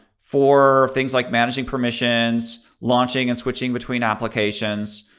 for things like managing permissions, launching and switching between applications,